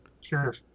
Sure